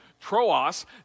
Troas